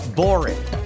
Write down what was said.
boring